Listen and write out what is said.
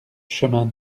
chemin